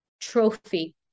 trophy